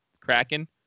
Kraken